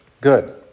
good